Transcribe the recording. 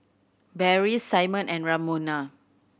Beryl Simon and Ramona